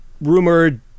rumored